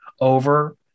over